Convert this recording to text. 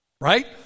right